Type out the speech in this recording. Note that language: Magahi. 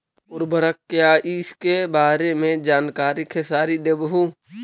उर्वरक क्या इ सके बारे मे जानकारी खेसारी देबहू?